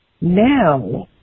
now